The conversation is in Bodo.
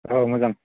औ मोजां